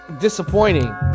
disappointing